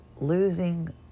losing